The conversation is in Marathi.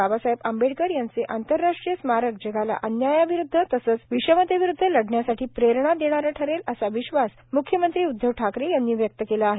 बाबासाहेब आंबेडकर यांचे आंतरराष्ट्रीय स्मारक जगाला अन्यायाविरुदध तसेच विषमतेविरुदध लढण्यासाठी प्रेरणा देणारे ठरेल असा विश्वास म्ख्यमंत्री उद्धव ठाकरे यांनी व्यक्त केला आहे